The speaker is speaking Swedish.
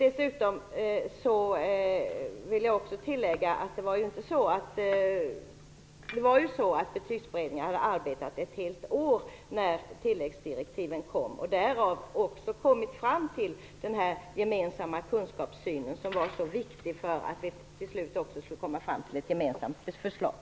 Jag vill också säga att Betygsberedningen hade arbetat i ett helt år när tilläggsdirektiven kom. Därav hade man också kommit fram till den gemensamma kunskapssyn som var så viktig för att vi till slut skulle komma fram till ett gemensamt förslag.